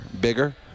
bigger